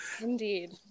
Indeed